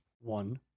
one